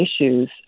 issues